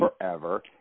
forever